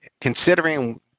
considering